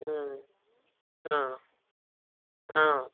ம் ஆ ஆ